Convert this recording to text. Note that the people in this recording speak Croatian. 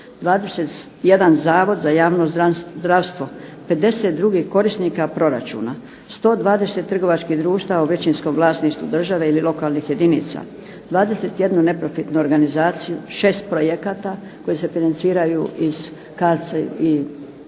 21 zavod za javno zdravstvo, 50 drugih korisnika proračuna, 120 trgovačkih društava u većinskom vlasništvu države ili lokalnih jedinica, 21 neprofitnu organizaciju, 6 projekata koji se financiraju iz CARDS i